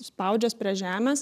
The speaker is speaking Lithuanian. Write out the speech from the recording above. spaudžias prie žemės